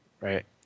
right